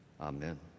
Amen